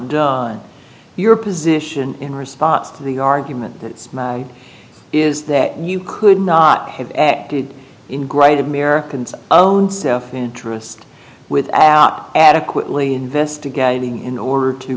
in your position in response to the argument is that you could not have acted in great americans own self interest without adequately investigating in order to